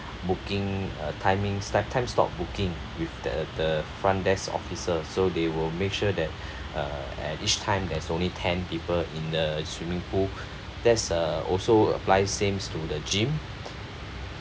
booking uh timing step time slot booking with the the front desk officer so they will make sure that uh at each time there's only ten people in the swimming pool there is uh also applies same to the gym